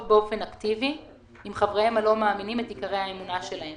באופן אקטיבי עם חבריהם הלא מאמינים את עיקרי האמונה שלהם.